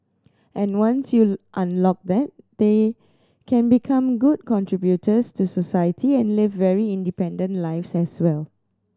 and once you unlock that they can become good contributors to society and live very independent lives as well